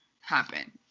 happen